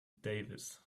davis